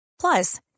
Plus